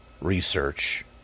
research